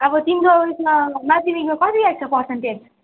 अब तिम्रो उयेसमा माध्यमिकमा कति आएको छ पर्सन्टेज